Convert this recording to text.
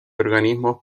organismos